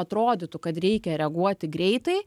atrodytų kad reikia reaguoti greitai